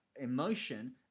emotion